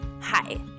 Hi